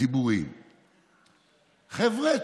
חבר'ה,